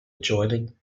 adjoining